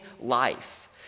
life